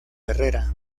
herrera